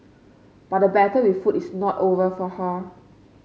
but the battle with food is not over for her